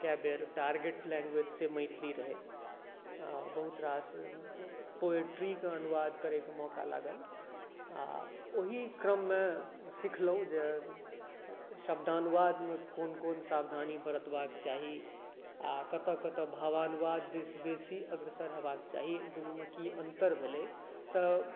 कएक बेर टारगेट लैँग्वेजसँ मैथिली रहै आओर बहुत रास पोएट्रीके अनुवाद करैके मौका लागल आओर ओहि क्रममे सिखलहुँ जे शब्दानुवादमे कोन कोन सावधानी बरतबाक चाही आओर कतऽ कतऽ भावानुवाद बेसी अग्रसर हेबाक चाही दुनूमे की अन्तर भेलै तऽ